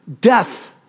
death